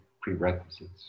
prerequisites